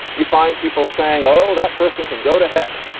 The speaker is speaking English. you find people saying, oh, that person can go to heck.